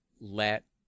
let